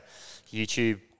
YouTube